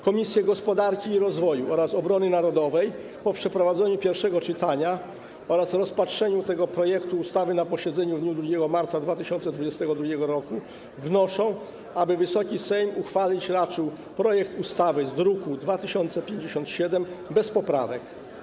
Komisje: Gospodarki i Rozwoju oraz Obrony Narodowej po przeprowadzeniu pierwszego czytania oraz rozpatrzeniu tego projektu ustawy na posiedzeniu w dniu 2 marca 2022 r. wnoszą, aby Wysoki Sejm uchwalić raczył projekt ustawy z druku nr 2057 bez poprawek.